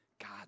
God